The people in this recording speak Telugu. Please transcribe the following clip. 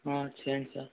చేయండి సార్